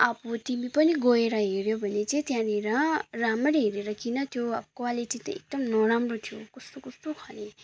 अब तिमी पनि गएर हेऱ्यौ भने चाहिँ त्यहाँनिर रामरी हेरेर किन त्यो अब क्वालिटी त एकदमै नराम्रो थियो कस्तो कस्तो खाले